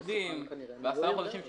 המקדים ואת כל התנהלות הזאת של עשרה חודשים,